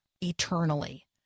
eternally